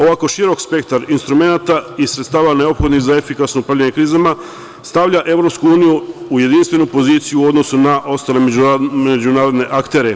Ovako širok spektar instrumenata i sredstava neophodnih za efikasno upravljanje krizama stavlja EU u jedinstvenu poziciju u odnosu na ostale međunarodne aktere.